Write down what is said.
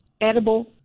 edible